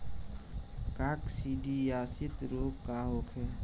काकसिडियासित रोग का होखे?